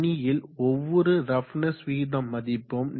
அணியில் ஒவ்வொரு ரஃப்னஸ் விகித மதிப்பும்